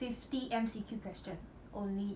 fifty M_C_Q question only